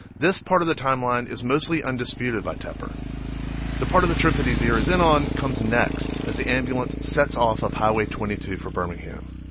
this part of the timeline is mostly undisputed by tepper the part of the trip that he zeroes in on comes next, as the ambulance sets off up highway twenty two for birmingham.